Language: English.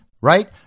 right